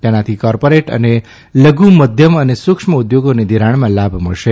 તેનાથી કોપોરિટ અને લધુ મધ્યમ અને સુક્ષ્મ ઉદ્યોગોને ઘિરાણમાં લાભ મળશે